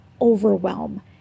overwhelm